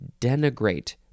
Denigrate